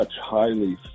highly